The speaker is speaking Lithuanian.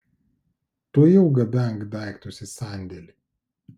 tuojau gabenk daiktus į sandėlį